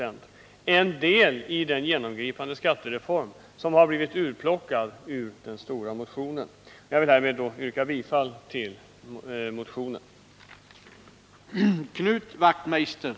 Det är en del i den genomgripande skattereform som har blivit urplockad ur den stora motionen. Herr talman! Jag yrkar bifall till motion 1109.